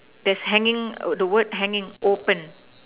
there's hanging the word hanging open